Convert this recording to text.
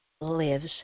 lives